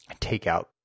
takeout